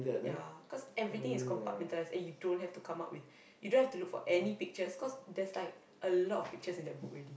ya cause everything is compartmentalized and you don't have to come up with you don't have to look for any pictures cause there's like a lot of pictures in that book already